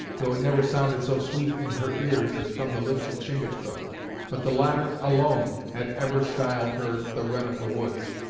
though it never sounded so sweet in her ears as from the lips of chingachgook but the latter alone had ever styled her the wren of the woods.